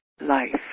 life